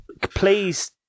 please